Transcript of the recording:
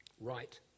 right